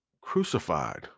crucified